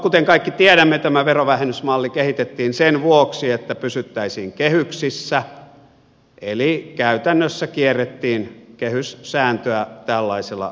kuten kaikki tiedämme tämä verovähennysmalli kehitettiin sen vuoksi että pysyttäisiin kehyksissä eli käytännössä kierrettiin kehyssääntöä tällaisella verovähennyksellä